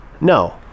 no